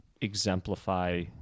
exemplify